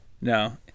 no